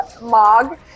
Mog